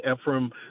ephraim